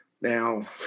Now